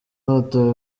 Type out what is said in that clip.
batowe